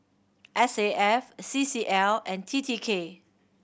S A F C C L and T T K